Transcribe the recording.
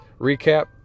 recap